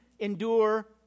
endure